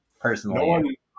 personally –